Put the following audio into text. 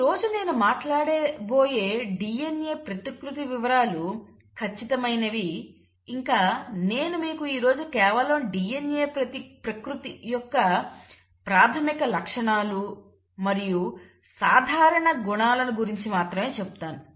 ఈరోజు నేను మాట్లాడబోయే DNA ప్రతికృతి వివరాలు ఖచ్చితమైనవి ఇంకా నేను మీకు ఈ రోజు కేవలం DNA ప్రకృతి యొక్క ప్రాథమిక లక్షణాలు మరియు సాధారణ గుణాలను గురించి మాత్రమే చెబుతాను